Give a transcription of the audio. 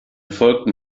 folgten